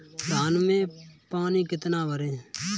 धान में पानी कितना भरें?